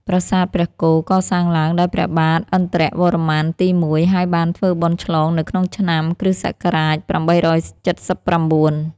ប្រាសាទព្រះគោ កសាងឡើងដោយព្រះបាទឥន្ទ្រវរ្ម័នទី១ ហើយបានធ្វើបុណ្យឆ្លងនៅក្នុងឆ្នាំ គ.ស. ៨៧៩ ។